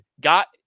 Got